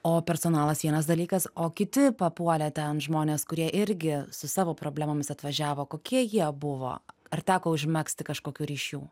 o personalas vienas dalykas o kiti papuolę ten žmonės kurie irgi su savo problemomis atvažiavo kokie jie buvo ar teko užmegzti kažkokių ryšių